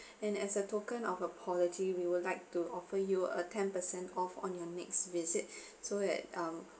and as a token of apology we would like to offer you a ten percent off on your next visit so at um